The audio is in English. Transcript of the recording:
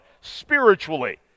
spiritually